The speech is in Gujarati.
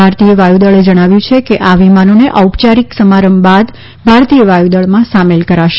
ભારતીય વાયુદળે જણાવ્યું છેકે આ વિમાનોને ઐપચારીક સમારંભ બાદ ભારતીય વાયુદળમાં સામેલ કરાશે